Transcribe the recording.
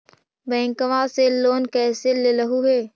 बैंकवा से लेन कैसे लेलहू हे?